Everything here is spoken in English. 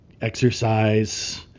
exercise